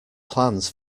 plans